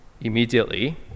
immediately